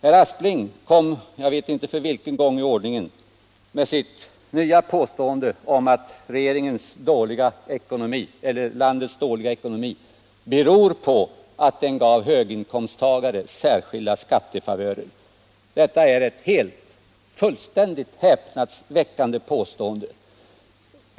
Herr Aspling kom — jag vet inte för vilken gång i ordningen — med sitt nya påstående om att landets dåliga ekonomi beror på att den gav höginkomsttagare särskilda skattefavörer. Detta är ett fullständigt häp nadsväckande påstående.